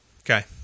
Okay